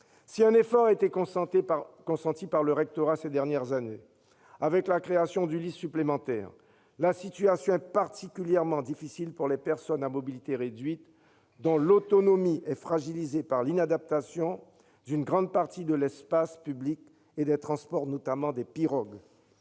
Si un effort a été consenti par le rectorat ces dernières années avec la création d'ULIS supplémentaires, la situation est particulièrement difficile pour les personnes à mobilité réduite, dont l'autonomie est fragilisée par l'inadaptation d'une grande partie de l'espace public et des transports, notamment des pirogues.